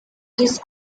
his